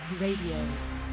Radio